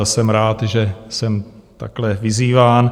Jsem rád, že jsem takhle vyzýván.